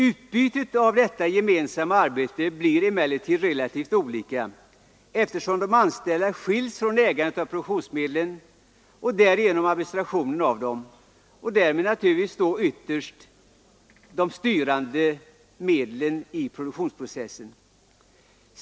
Utbytet av detta gemensamma arbete blir emellertid relativt olika, eftersom de anställda skiljs från ägandet av produktionsmedlen och därigenom administrationen av dem och då ytterst även från de styrande medlen i produktionsprocessen.